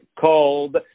called